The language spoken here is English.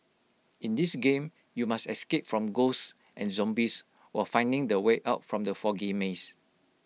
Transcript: in this game you must escape from ghosts and zombies while finding the way out from the foggy maze